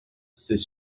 ces